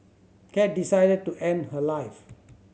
cat decided to end her life